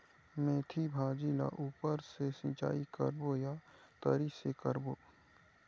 मेंथी भाजी ला ऊपर से सिचाई करबो या तरी से करबो?